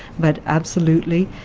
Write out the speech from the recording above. but absolutely,